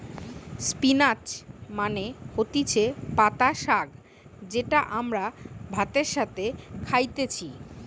spinach মানে হতিছে পাতা শাক যেটা আমরা ভাতের সাথে খাইতেছি